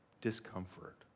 discomfort